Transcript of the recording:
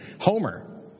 Homer